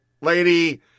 lady